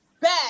bad